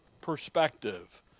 perspective